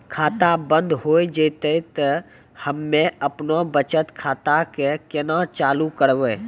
खाता बंद हो जैतै तऽ हम्मे आपनौ बचत खाता कऽ केना चालू करवै?